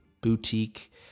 boutique